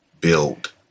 build